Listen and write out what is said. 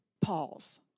Pause